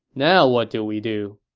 now what do we do?